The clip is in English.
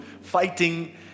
fighting